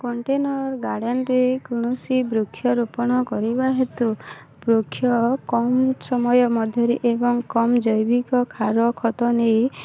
container ଗାର୍ଡ଼଼େନ୍ଟେ କୌଣସି ବୃକ୍ଷରୋପଣ କରିବା ହେତୁ ବୃକ୍ଷ କମ୍ ସମୟ ମଧ୍ୟରେ ଏବଂ କମ୍ ଜୈବିକ କ୍ଷାର ଖତ ନେଇ